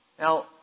Now